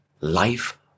life